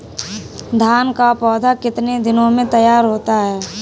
धान का पौधा कितने दिनों में तैयार होता है?